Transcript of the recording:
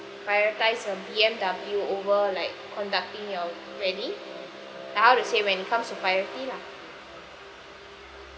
prioritise a B_M_W over like conducting your wedding like how to say when it comes to priority lah